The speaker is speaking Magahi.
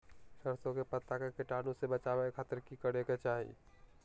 सरसों के पत्ता के कीटाणु से बचावे खातिर की करे के चाही?